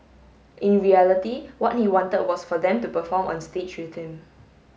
in reality what he wanted was for them to perform on stage with him